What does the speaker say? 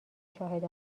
شاهد